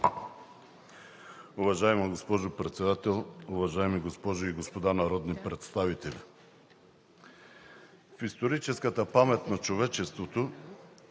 Уважаема госпожо Председател, уважаеми госпожи и господа народни представители! В историческата памет на човечеството